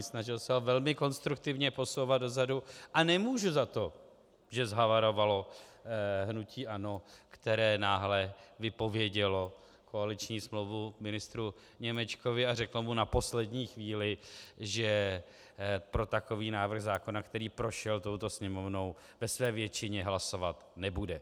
Snažil jsem se ho velmi konstruktivně posouvat dozadu a nemůžu za to, že zhavarovalo hnutí ANO, které náhle vypovědělo koaliční smlouvu ministru Němečkovi a řeklo mu na poslední chvíli, že pro takový návrh zákona, který prošel touto Sněmovnou, ve své většině hlasovat nebude.